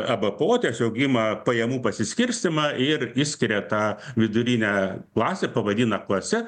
ebpo tiesiog ima pajamų pasiskirstymą ir išskiria tą vidurinę klasę pavadina klase